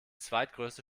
zweitgrößte